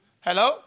Hello